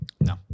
No